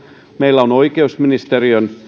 meillä on oikeusministe riön